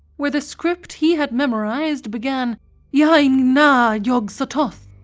where the script he had memorised began y'ai, you know yog-sothoth,